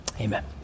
Amen